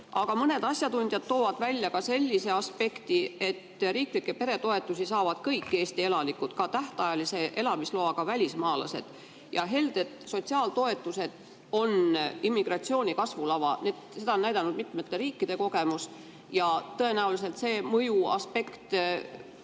Aga mõned asjatundjad toovad välja ka sellise aspekti, et riiklikke peretoetusi saavad kõik Eesti elanikud, ka tähtajalise elamisloaga välismaalased, ja helded sotsiaaltoetused on immigratsiooni kasvulava. Seda on näidanud mitmete riikide kogemus ja tõenäoliselt see mõjuaspekt